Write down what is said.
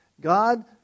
God